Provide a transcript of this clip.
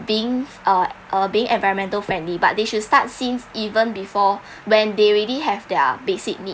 being uh uh being environmental friendly but they should start since even before when they already have their basic need